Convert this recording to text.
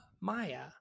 Maya